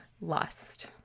lust